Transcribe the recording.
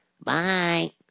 Bye